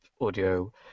audio